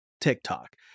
TikTok